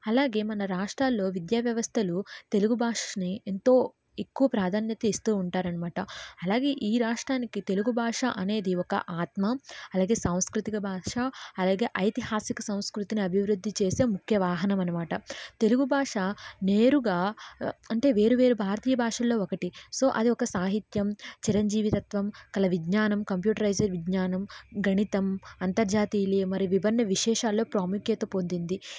అలాగే మన రాష్ట్రాల్లో విద్యావ్యవస్థలు తెలుగు భాషని ఎంతో ఎక్కువ ప్రాధాన్యత ఇస్తూ ఉంటారు అనమాట అలాగే ఈ రాష్ట్రానికి తెలుగు భాష అనేది ఒక ఆత్మ అలాగే సాంస్కృతిక భాష అలాగే ఇతిహాసిక సంస్కృతిని అభివృద్ధి చేసే ముఖ్య వాహనం అనమాట తెలుగు భాష నేరుగా అంటే వేరు వేరు భారతీయ భాషల్లో ఒకటి సో అది ఒక సాహిత్యం చిరంజీవి తత్వం గల విజ్ఞానం కంప్యూటరైసింగ్ విజ్ఞానం గణితం అంతర్జాతీయలలో మరి విభిన్న విశేషాల్లో ప్రాముఖ్యత పొందింది